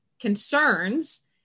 concerns